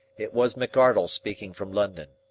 it was mcardle speaking from london.